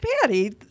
Patty